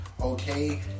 okay